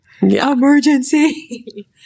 Emergency